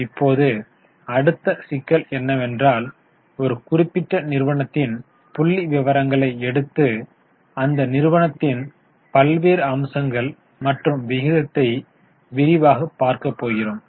இப்போது அடுத்த சிக்கல் என்னவென்றால் ஒரு குறிப்பிட்ட நிறுவனத்தின் புள்ளிவிவரங்களை எடுத்து அந்த நிறுவனத்தின் பல்வேறு அம்சங்கள் மற்றும் விகிதத்தை விரிவாக பார்க்க போகிறோம்